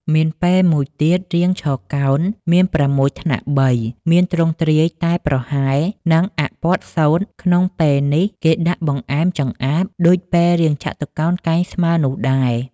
មានពែមួយទៀតរាងឆកោណ មាន ៦ ថ្នាក់3 មានទ្រង់ទ្រាយតែប្រហែល នឹងអាក់ព័ទ្ធសូត្រ ក្នុងពែនេះ គេដាក់បង្អែម-ចម្អាប ដូចពែរាងចតុកោណកែងស្មើនោះដែរ ។